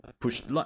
pushed